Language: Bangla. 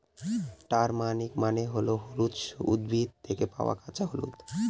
টারমারিক মানে হল হলুদের উদ্ভিদ থেকে পাওয়া কাঁচা হলুদ